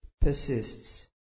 persists